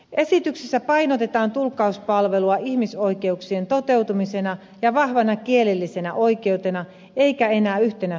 esityksessä painotetaan tulkkauspalvelua ihmisoikeuksien toteutumisena ja vahvana kielellisenä oikeutena eikä enää yhtenä sosiaalihuollon osana